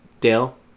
Dale